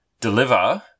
deliver